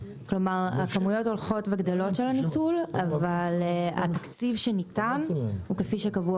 כלומר הכמויות הולכות וגדלות של הניצול אבל התקציב שניתן הוא לפי שקבוע